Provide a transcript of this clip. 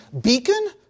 Beacon